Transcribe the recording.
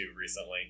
recently